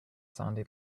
sandy